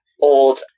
old